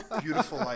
Beautiful